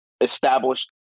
established